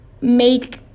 make